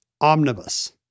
Omnibus